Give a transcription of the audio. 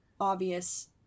obvious